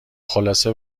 خلاصه